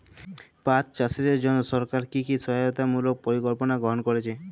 পাট চাষীদের জন্য সরকার কি কি সহায়তামূলক পরিকল্পনা গ্রহণ করেছে?